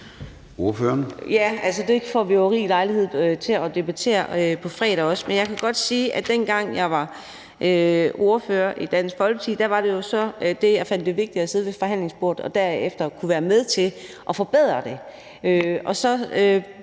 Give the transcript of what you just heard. (DD): Det får vi jo rig lejlighed til at debattere på fredag også, men jeg kan godt sige, at dengang jeg var ordfører i Dansk Folkeparti, var det jo så sådan, at jeg fandt det vigtigt at sidde med ved forhandlingsbordet og derefter kunne være med til at forbedre det. Så